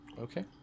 Okay